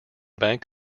bank